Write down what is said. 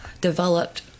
developed